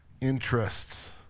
interests